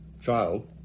child